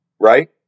right